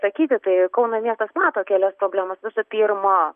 sakyti tai kauno miestas mato kelias problemas visų pirma